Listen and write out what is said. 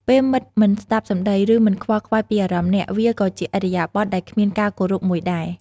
ពេលមិត្តមិនស្ដាប់សម្ដី ឬ មិនខ្វល់ខ្វាយពីអារម្មណ៍អ្នក វាក៏ជាឥរិយាបថដែលគ្មានការគោរពមួយដែរ។